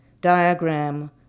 diagram